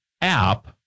app